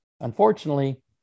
unfortunately